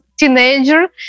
teenager